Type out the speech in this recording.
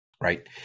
Right